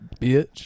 bitch